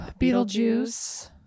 Beetlejuice